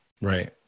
Right